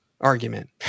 argument